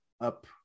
up